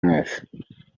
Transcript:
mwese